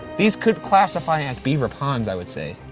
these could classify as beaver ponds i would say.